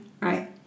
Right